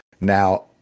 Now